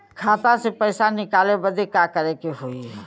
खाता से पैसा निकाले बदे का करे के होई?